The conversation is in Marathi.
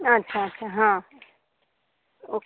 अच्छा अच्छा हा ओक